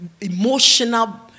emotional